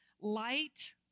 light